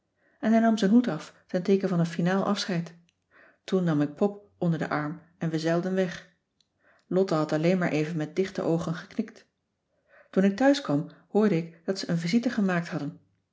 en hij nam zijn hoed af ten teeken van een finaal afscheid toen nam ik pop onder den arm en we zeilden weg lotte had alleen maar even met dichte oogen geknikt toen ik thuis kwam hoorde ik dat ze een visite gemaakt hadden